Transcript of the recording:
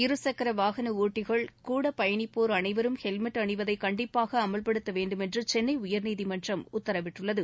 இருசக்கர வாகன ஓட்டிகள் கூட பயணிப்போர் அனைவரும் ஹெல்மெட் அணிவதை கண்டிப்பாக அமல்படுத்த வேண்டுமென்று சென்னை உயர்நீதிமன்றம் உத்தரவிட்டுள்ளது